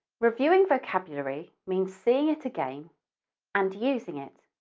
reviewing vocabulary means seeing it again and using it.